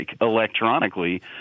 electronically